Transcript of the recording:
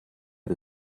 the